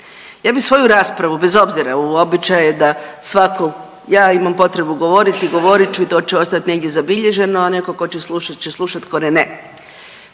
Ja bi svoju raspravu bez obzira, običaj je da svako, ja imam potrebu govoriti i govorit ću i to će ostati negdje zabilježeno, a netko to će slušat će slušat, tko ne ne.